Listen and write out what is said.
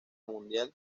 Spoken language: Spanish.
mundial